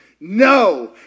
No